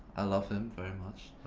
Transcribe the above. i love him very much.